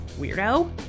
weirdo